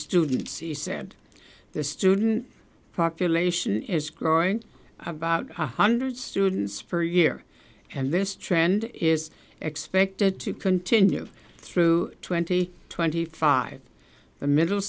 students he said the student population is growing about one hundred students per year and this trend is expected to continue through twenty twenty five the middle